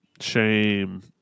shame